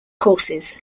courses